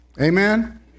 amen